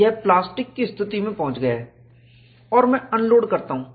यह प्लास्टिक की स्थिति में पहुंच गया है और मैं अनलोड करता हूं